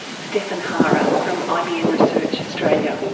stefan harrer from ibm research australia.